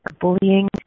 bullying